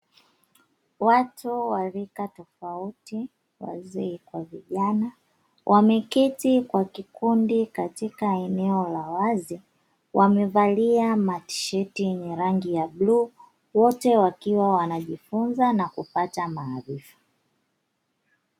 Watu wa rika tofauti wazee kwa vijana wameketi kwa kikundi katika eneo la wazi, wamevalia matisheti yenye rangi ya bluu, wote wakiwa wanajifunza na kupata maarifa.